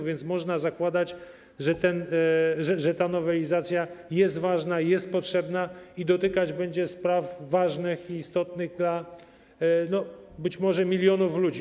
A więc można zakładać, że ta nowelizacja jest ważna, jest potrzebna i dotykać będzie spraw ważnych i istotnych dla być może milionów ludzi.